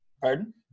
Pardon